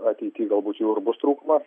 ateity galbūt jų ir bus trūkumas